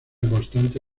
constante